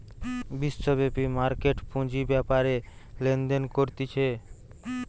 বিশ্বব্যাপী মার্কেট পুঁজি বেপারে লেনদেন করতিছে